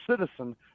citizen